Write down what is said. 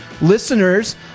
listeners